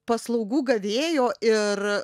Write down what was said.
paslaugų gavėjo ir